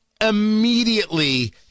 Immediately